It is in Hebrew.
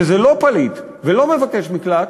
שזה לא פליט ולא מבקש מקלט,